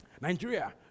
Nigeria